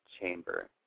chamber